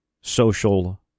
social